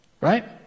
Right